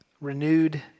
renewed